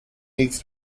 eggs